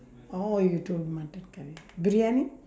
orh you told mutton curry briyani